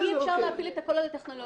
אי אפשר להפיל את הכול על הטכנולוגיה.